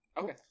Okay